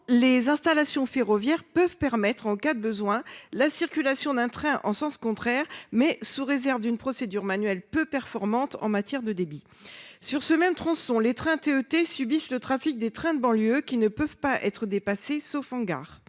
les installations ferroviaires peuvent permettre en cas de besoin. La circulation d'un train en sens contraire mais sous réserve d'une procédure manuelle peu performante en matière de débit sur ce même tronçon les trains TNT subissent le trafic des trains de banlieue qui ne peuvent pas être dépassé sauf en gare.